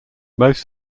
most